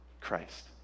Christ